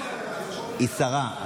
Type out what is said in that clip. היא שרה,